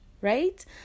Right